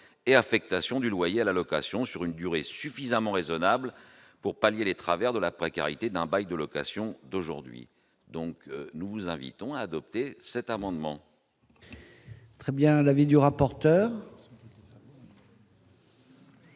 une affectation du loyer à la location sur une durée suffisamment raisonnable pour pallier les travers de la précarité d'un bail de location d'aujourd'hui. Mes chers collègues, nous vous invitons donc à adopter cet amendement. Quel est l'avis de la